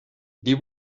die